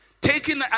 Taking